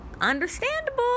Understandable